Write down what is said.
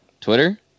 Twitter